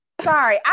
Sorry